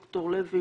ד"ר לוי,